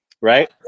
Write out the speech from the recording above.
right